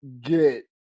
get